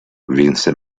vinse